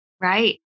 Right